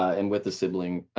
and with a sibling,